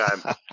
time